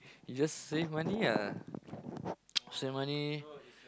you just save money ah save money